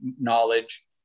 knowledge